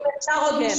אני רוצה לומר עוד משפט.